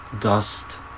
Dust